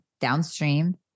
downstream